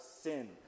sin